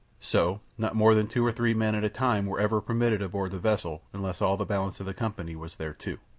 so not more than two or three men at a time were ever permitted aboard the vessel unless all the balance of the company was there too.